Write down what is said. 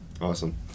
Awesome